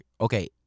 okay